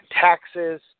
taxes